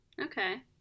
Okay